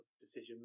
decision